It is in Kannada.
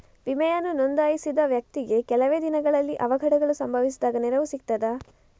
ವಿಮೆಯನ್ನು ನೋಂದಾಯಿಸಿದ ವ್ಯಕ್ತಿಗೆ ಕೆಲವೆ ದಿನಗಳಲ್ಲಿ ಅವಘಡಗಳು ಸಂಭವಿಸಿದಾಗ ನೆರವು ಸಿಗ್ತದ?